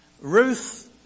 Ruth